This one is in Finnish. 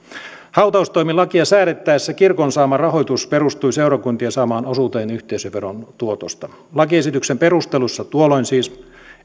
hautaustoimilakia säädettäessä kirkon saama rahoitus perustui seurakuntien saamaan osuuteen yhteisöveron tuotosta lakiesityksen perusteluissa tuolloin siis